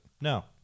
No